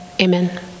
amen